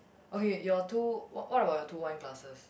okay your two what what about your two wine glasses